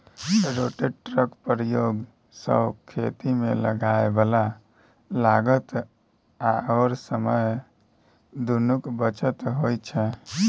रोटेटरक प्रयोग सँ खेतीमे लागय बला लागत आओर समय दुनूक बचत होइत छै